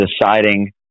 deciding